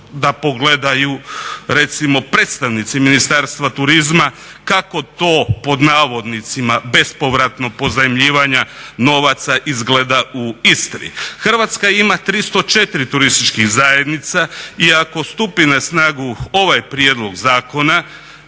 da pogledaju recimo predstavnici Ministarstva turizma kako to pod navodnicima "bespovratno pozajmljivanja novaca" izgleda u Istri. Hrvatska ima 304 turističkih zajednica i ako stupi na snagu ovaj prijedlog Zakona